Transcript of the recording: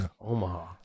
Omaha